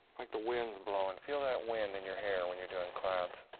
like the wind's blowing. feel that wind in your hair when you're doing clouds.